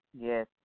Yes